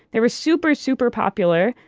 they were super, super popular.